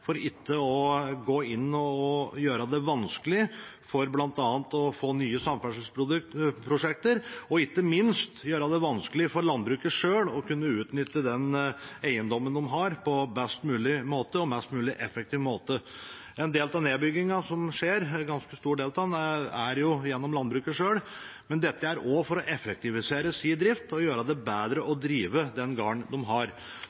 for ikke å gå inn og gjøre det vanskelig bl.a. å få nye samferdselsprosjekter, og ikke minst gjøre det vanskelig for landbruket selv å kunne utnytte den eiendommen de har, på best mulig måte og på en mest mulig effektiv måte. En del av nedbyggingen som skjer, en ganske stor del av den, skjer jo gjennom landbruket selv, men det er også for å effektivisere driften og gjøre det bedre å drive den gården de har.